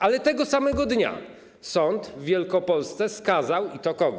Ale tego samego dnia sąd w Wielkopolsce skazał - i to kogo?